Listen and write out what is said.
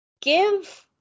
Give